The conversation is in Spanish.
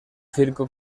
circo